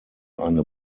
eine